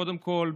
קודם כול,